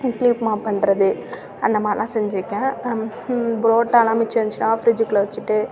இட்லி உப்புமா பண்ணுறது அந்த மாரிலாம் செஞ்சிருக்கேன் அம் புரோட்டாலாம் மிச்சம் இருந்துச்சின்னால் ஃப்ரிஜ்ஜுக்குள்ள வச்சிட்டு